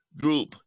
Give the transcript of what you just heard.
group